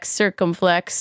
circumflex